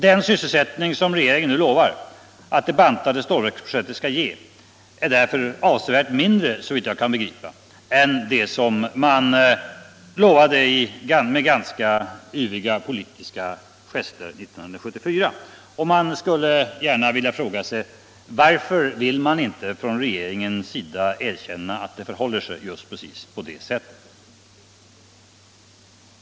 Den sysselsättning som regeringen lovar att det bantade stålverksprojektet skall ge är därför avsevärt mindre, såvitt jag kan begripa, än vad man med yviga politiska gester lovade 1974. Varför vill regeringen inte erkänna att det förhåller sig på det viset?